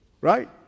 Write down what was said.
right